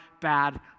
bad